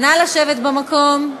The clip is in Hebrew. נא לשבת במקום.